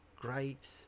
Great